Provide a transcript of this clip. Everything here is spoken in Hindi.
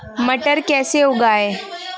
मटर कैसे उगाएं?